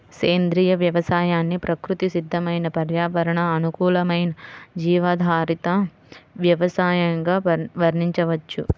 సేంద్రియ వ్యవసాయాన్ని ప్రకృతి సిద్దమైన పర్యావరణ అనుకూలమైన జీవాధారిత వ్యవసయంగా వర్ణించవచ్చు